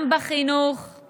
בכל זאת היינו 12 שנה בשלטון.